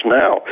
now